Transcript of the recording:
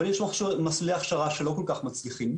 אבל יש מסלולי הכשרה שלא כל כך מצליחים.